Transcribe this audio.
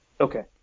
Okay